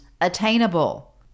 attainable